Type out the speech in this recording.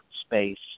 space